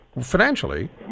financially